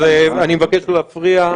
אז אני מבקש לא להפריע.